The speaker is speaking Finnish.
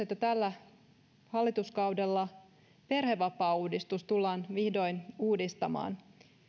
että tällä hallituskaudella perhevapaauudistus tullaan vihdoin uudistamaan